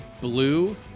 blue